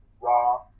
raw